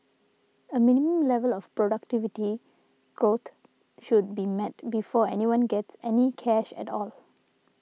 a minimum level of productivity growth should be met before anyone gets any cash at all